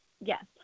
yes